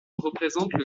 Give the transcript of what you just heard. représentent